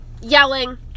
yelling